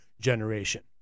generation